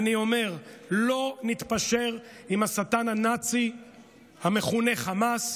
אני אומר: לא נתפשר עם השטן הנאצי המכונה "חמאס".